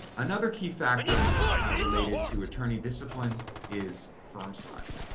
another key factor related to attorney discipline is firm size.